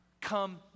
come